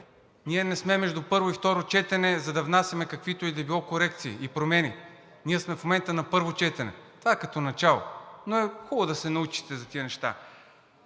ние не сме между първо и второ четене, за да внасяме каквито и да било корекции и промени. Ние в момента сме на първо четене, това е като начало, но е хубаво да се научите за тези неща.